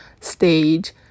stage